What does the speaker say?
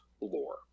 lore